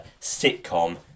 sitcom